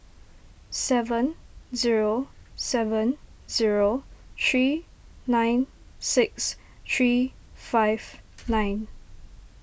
seven zero seven zero three nine six three five nine